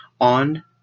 on